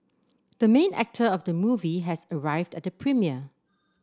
the main actor of the movie has arrived at the premiere